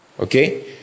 Okay